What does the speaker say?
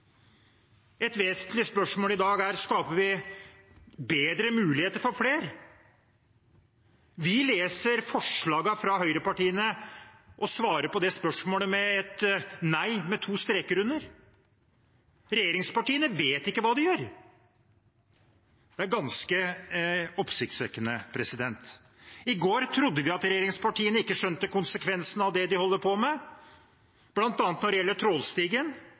Et vesentlig spørsmål i dag er: Skaper vi bedre muligheter for flere? Vi leser forslagene fra høyrepartiene og svarer på det spørsmålet med et nei med to streker under. Regjeringspartiene vet ikke hva de gjør. Det er ganske oppsiktsvekkende. I går trodde vi at regjeringspartiene ikke skjønte konsekvensene av det de holdt på med, bl.a. når det gjaldt trålstigen,